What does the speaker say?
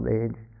age